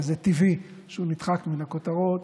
וזה טבעי שהוא נדחק מן הכותרות.